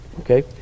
Okay